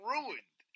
Ruined